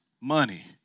money